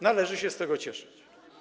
Należy się z tego cieszyć.